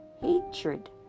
hatred